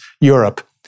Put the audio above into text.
Europe